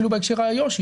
אפילו בהקשר של איו"ש,